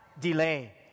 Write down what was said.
delay